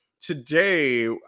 today